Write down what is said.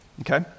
Okay